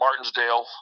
Martinsdale